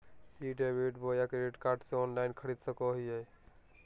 ई debit बोया credit card से online खरीद सको हिए?